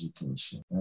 education